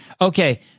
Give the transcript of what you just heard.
Okay